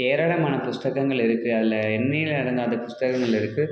ஏராளமான புஸ்தகங்கள் இருக்குது அதில் எண்ணிலடங்காத புஸ்தகங்கள் இருக்குது